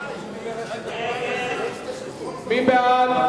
מי בעד?